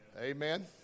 Amen